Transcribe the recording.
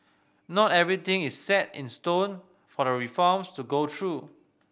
not everything is set in stone for the reforms to go through